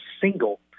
single